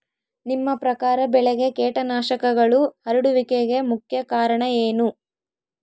ನಿಮ್ಮ ಪ್ರಕಾರ ಬೆಳೆಗೆ ಕೇಟನಾಶಕಗಳು ಹರಡುವಿಕೆಗೆ ಮುಖ್ಯ ಕಾರಣ ಏನು?